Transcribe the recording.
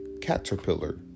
caterpillar